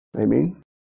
Amen